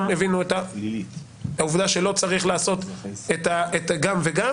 הבינו את העובדה שלא צריך לעשות גם וגם.